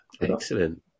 Excellent